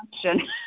question